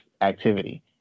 activity